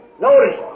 Notice